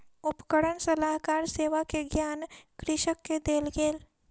उपकरण सलाहकार सेवा के ज्ञान कृषक के देल गेल